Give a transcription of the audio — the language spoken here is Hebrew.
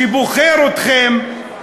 שבוחר אתכם,